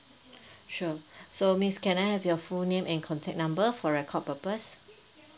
sure so miss can I have your full name and contact number for record purpose